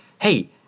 hey